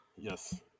Yes